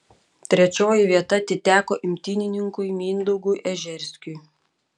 trečioji vieta atiteko imtynininkui mindaugui ežerskiui